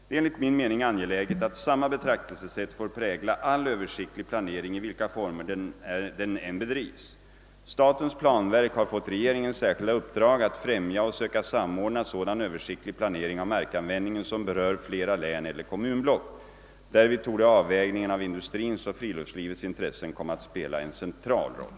Det är enligt min mening angeläget att samma betraktelsesätt får prägla all översiktlig planering i vilka former den än bedrivs. Statens planverk har fått regeringens särskilda uppdrag att främja och söka samordna sådan översiktlig planering av markanvändningen som berör flera län eller kommunblock. Därvid torde avvägningen av industrins och friluftslivets intressen komma att spela en central roll.